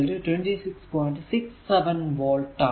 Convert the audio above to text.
67 volt ആണ്